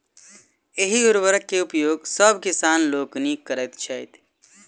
एहि उर्वरक के उपयोग सभ किसान लोकनि करैत छथि